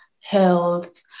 health